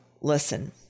listen